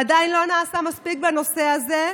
עדיין לא נעשה מספיק בנושא הזה,